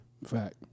Fact